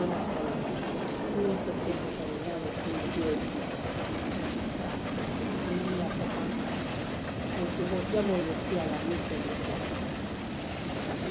kono le, niŋ i lafita i lafita ceeboo tabi la, i ye a batu suntukuŋo ye sii haa aniŋ yaasa fanaŋ jaboo le be siyaa la, aniŋ feŋ meseŋolu.